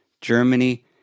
Germany